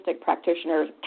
practitioners